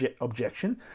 objection